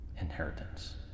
inheritance